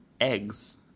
eggs